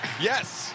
Yes